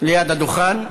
ליד הדוכן.